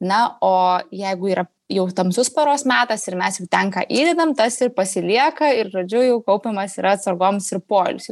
na o jeigu yra jau tamsus paros metas ir mes jau ten ką įdedam tas ir pasilieka ir žodžiu jau kaupiamasi yra atsargoms ir poilsiui